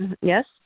Yes